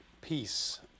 peace